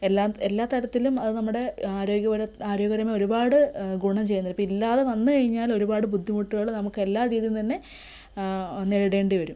എല്ലാം എല്ലാ തരത്തിലും അത് നമ്മുടെ ആരോഗ്യപരമായ ഒരുപാട് ഗുണം ചെയ്യുന്നുണ്ട് ഇപ്പം ഇല്ലാതെ വന്നു കഴിഞ്ഞാലൊരുപാട് ബുദ്ധിമുട്ടുകൾ നമുക്ക് എല്ലാ രീതിയിലും തന്നെ നേരിടേണ്ടി വരും